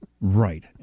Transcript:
Right